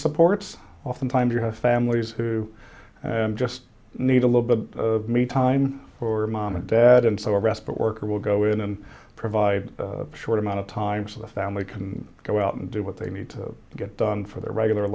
supports oftentimes you have families who just need a little bit me time for mom and dad and so a respite worker will go in and provide a short amount of time so the family can go out and do what they need to get done for their regular